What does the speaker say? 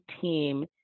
team